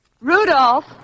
Rudolph